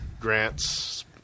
grants